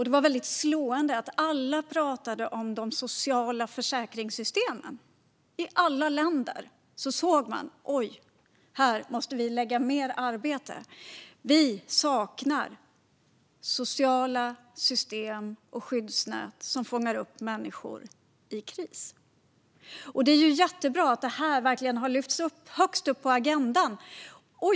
Det var slående att alla pratade om de sociala försäkringssystemen. I alla länder såg man: Oj, här måste vi lägga mer arbete - vi saknar sociala system och skyddsnät som fångar upp människor i kris. Det är ju jättebra att detta har hamnat högst upp på agendan.